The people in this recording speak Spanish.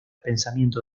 pensamiento